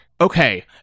Okay